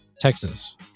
Texas